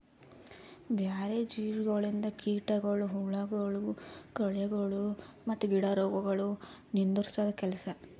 ಬ್ಯಾರೆ ಜೀವಿಗೊಳಿಂದ್ ಕೀಟಗೊಳ್, ಹುಳಗೊಳ್, ಕಳೆಗೊಳ್ ಮತ್ತ್ ಗಿಡ ರೋಗಗೊಳ್ ನಿಂದುರ್ಸದ್ ಕೆಲಸ